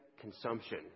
consumption